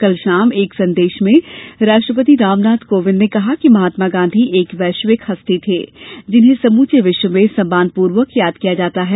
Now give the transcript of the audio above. कल शाम एक संदेश में राष्ट्रपति रामनाथ कोविंद ने कहा कि महात्मा गांधी एक वैश्विक हस्ती थे जिन्हें समूचे विश्व में सम्मानपूर्वक याद किया जाता है